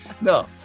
No